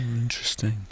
Interesting